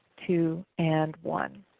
two, and one.